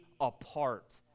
apart